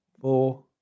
four